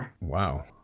Wow